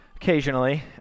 Occasionally